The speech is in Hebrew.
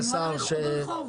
אדוני השר,